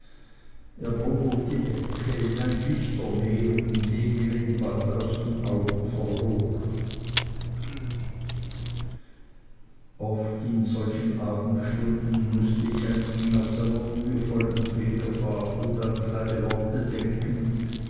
ecke in ein lichtmeer in dem wir ihn bald aus den augen verloren oft in solchen abendstunden mußte ich an ihn auf seiner mühevollen pilgerfahrt und an seine worte denken